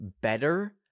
better